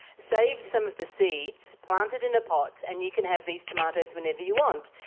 save some of the seeds, plant it in a pot and you can have these tomatoes whenever you want.